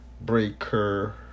Breaker